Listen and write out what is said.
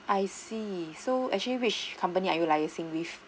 I see so actually which company are you liaising with